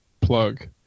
plug